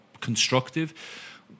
constructive